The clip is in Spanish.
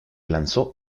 lanzó